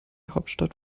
hauptstadt